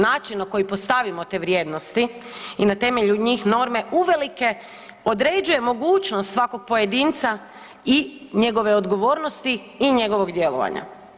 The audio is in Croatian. Način na koji postavimo te vrijednosti i na temelju njih, norme, uvelike određuje mogućnost svakog pojedinca i njegove odgovornosti i njegovog djelovanja.